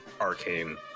arcane